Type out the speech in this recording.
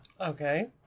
Okay